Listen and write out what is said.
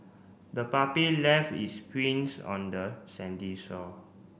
the puppy left its prints on the sandy shore